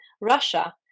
Russia